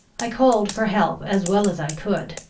i called for help as well as i could.